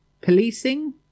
Policing